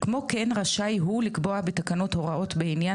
כמו כן רשאי הוא לקבוע בתקנות הוראות בעניין